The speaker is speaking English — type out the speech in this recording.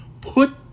Put